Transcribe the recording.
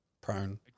prone